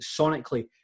sonically